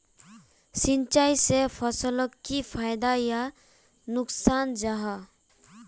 सिंचाई से फसलोक की फायदा या नुकसान जाहा?